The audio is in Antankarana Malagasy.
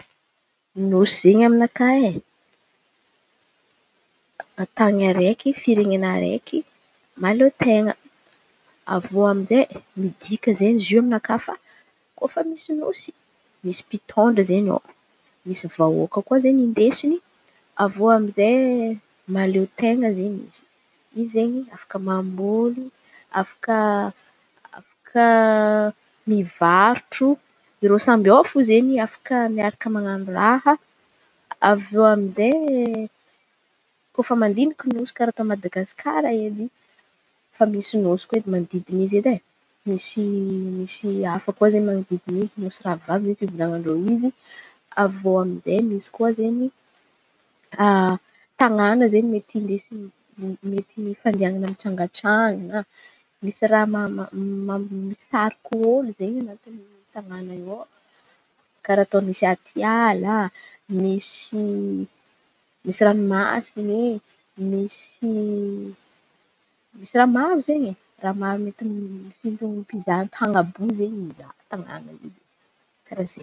Nosy izen̈y aminakà e, an-tany araiky firenena araiky mahaleo ten̈a. Avy eo amy izey midika izen̈y izy io aminakà kôfa misy nosy misy mpitondra izen̈y aô misy vahôka koa izen̈y hindesiny. Avy eo amy izey mahaleo ten̈a izen̈y izy. Izy izen̈y afaka mamboly afaka afaka mivarotro ireo samby ao fô izen̈y reo afaky manan̈o raha. Avy eo amy izey rehefa mandin̈iky Madagasikara edy misy nosy koa manodidina azy edy e. Misy nosy hafa koa manodidina azy nosy rahavavy izen̈y fivolan̈an-dreo izy. Avy eo amy izey misy koa izen̈y tan̈àna mety misy koa izen̈y tan̈àna mety misy hindesy fandehan̈ana mitsangatsangan̈a. Misy raha misariky olo izen̈y anatiny tanàna io aô karà atô misy aty ala misy ran̈omasiny e. Misy raha maro izen̈y e mety misy mpizaha tan̈y àby io izen̈y mizaha tanàna io karà zey.